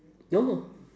no no